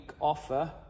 offer